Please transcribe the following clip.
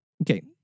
Okay